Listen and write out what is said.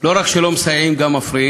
לא רק שלא מסייעים, אנחנו גם מפריעים.